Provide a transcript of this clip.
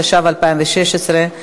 התשע"ו 2016,